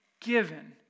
given